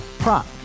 Prop